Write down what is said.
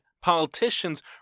politicians